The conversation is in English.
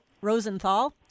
Rosenthal